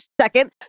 second